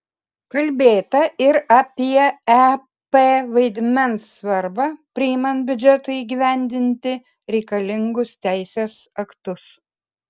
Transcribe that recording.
kalbėta ir apie ep vaidmens svarbą priimant biudžetui įgyvendinti reikalingus teisės aktus